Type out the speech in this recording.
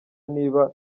niba